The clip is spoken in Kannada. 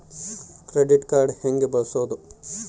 ಕ್ರೆಡಿಟ್ ಕಾರ್ಡ್ ಹೆಂಗ ಬಳಸೋದು?